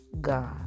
God